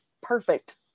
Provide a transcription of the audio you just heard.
perfect